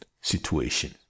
situation